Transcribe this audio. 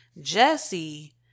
Jesse